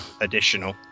additional